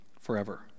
forever